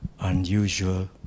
unusual